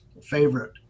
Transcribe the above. favorite